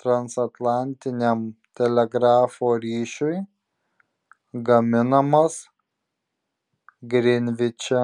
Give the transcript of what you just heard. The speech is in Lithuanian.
transatlantiniam telegrafo ryšiui gaminamas grinviče